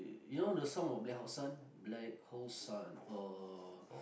you know the song of black hole son black hole son or